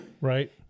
Right